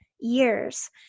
years